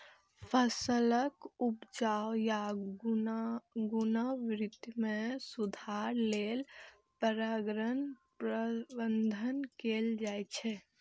फसलक उपज या गुणवत्ता मे सुधार लेल परागण प्रबंधन कैल जाइ छै